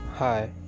hi